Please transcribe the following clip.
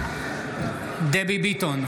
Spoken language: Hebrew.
נגד דבי ביטון,